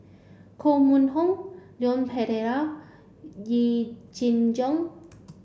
Koh Mun Hong Leon Perera Yee Jenn Jong